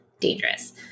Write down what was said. dangerous